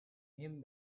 him